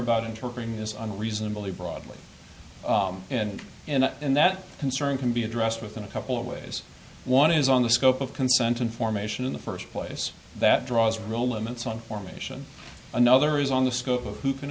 on reasonably broadly and and and that concern can be addressed within a couple of ways one is on the scope of consent information in the first place that draws real limits on formation another is on the scope of who can